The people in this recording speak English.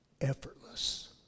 effortless